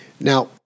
Now